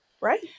Right